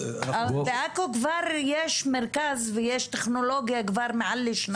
בעכו כבר יש מרכז ויש טכנולוגיה כבר מעל לשנתיים.